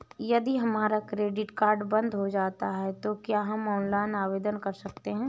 यदि हमारा credit card बंद हो जाता है तो क्या हम ऑनलाइन आवेदन कर सकते हैं?